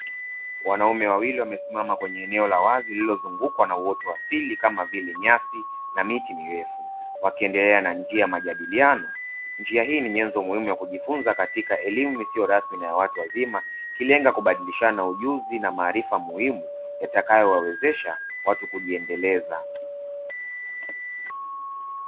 Wanaume wawili wamesimama kwenye eneo la wazi lililozungukwa na uoto asili kama vile nyasi na miti mirefu wakiendelea na njia ya majadiliano. Njia hii ni nyenzo muhimu ya kujifunza katika elimu isiyo rasmi na ya watu wazima, ikilenga kubadilishana ujuzi na maarifa muhimu yatakayowawezesha watu kujiendeleza.